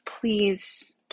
Please